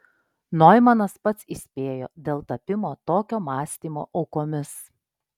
noimanas pats įspėjo dėl tapimo tokio mąstymo aukomis